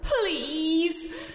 Please